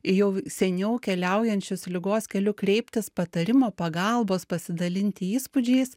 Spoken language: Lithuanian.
jau seniau keliaujančius ligos keliu kreiptis patarimo pagalbos pasidalinti įspūdžiais